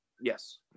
Yes